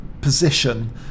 position